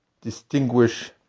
distinguish